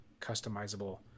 customizable